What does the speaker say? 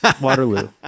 Waterloo